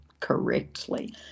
correctly